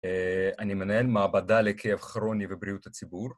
אני מנהל מעבדה לכאב כרוני ובריאות הציבור.